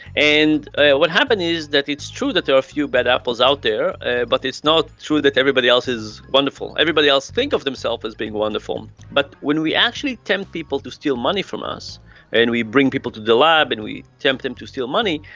and what happens is that it's true that there are a few bad apples out there but it's not true that everybody else is wonderful. everybody else thinks of themselves as being wonderful, but when we actually tempt people to steal money from us and we bring people to the lab and we tempt them to steal money,